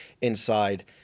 inside